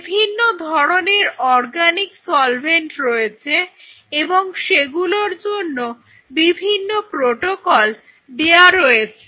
বিভিন্ন ধরনের organic solvent রয়েছে এবং সেগুলোর জন্য বিভিন্ন প্রোটোকল দেয়া রয়েছে